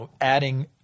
adding